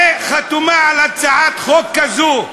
שחתומה על הצעת חוק כזו,